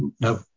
no